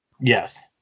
Yes